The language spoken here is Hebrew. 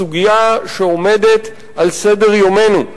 הסוגיה שעומדת על סדר-יומנו,